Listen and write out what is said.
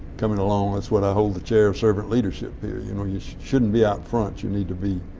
coming along. that's what i told the chair of servant leadership here, you know, you shouldn't be out front. you need to be